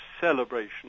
celebration